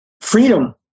Freedom